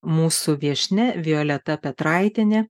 mūsų viešnia violeta petraitienė